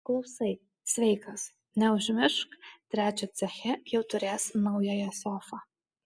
klausai sveikas neužmiršk trečią ceche jau turės naująją sofą